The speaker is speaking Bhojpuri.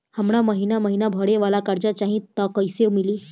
हमरा महिना महीना भरे वाला कर्जा चाही त कईसे मिली?